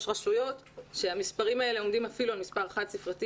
יש רשויות שהמספרים האלה עומדים אפילו על מספר חד ספרתי